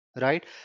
right